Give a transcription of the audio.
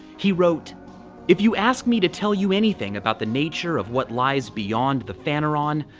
he wrote if you ask me to tell you anything about the nature of what lies beyond the phaneron,